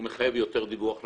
הוא מחייב יותר דיווח למשרד,